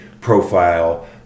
profile